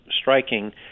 striking